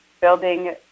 building